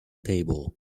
table